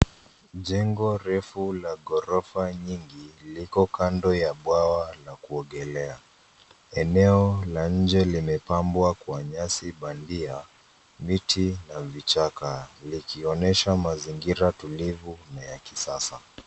Jengo refu la ghorofa nyingi liko kando ya bwawa la kuogelea. Eneo la nje limepambwa kwa nyasi bandia, miti na vichaka likionyesha mazingira tulivu na ya kisasa.